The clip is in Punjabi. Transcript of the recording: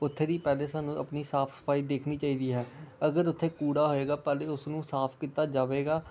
ਉੱਥੇ ਦੀ ਪਹਿਲੇ ਸਾਨੂੰ ਆਪਣੀ ਸਾਫ਼ ਸਫਾਈ ਦੇਖਣੀ ਚਾਹੀਦੀ ਹੈ ਅਗਰ ਉੱਥੇ ਕੂੜਾ ਹੋਏਗਾ ਪਹਿਲੇ ਉਸ ਨੂੰ ਸਾਫ਼ ਕੀਤਾ ਜਾਵੇਗਾ